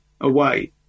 away